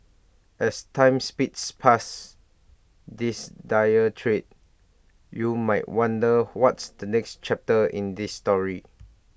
as time speeds past this dying trade you might wonder what's the next chapter in this story